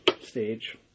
stage